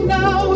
now